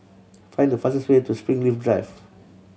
find the fastest way to Springleaf Drive